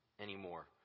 anymore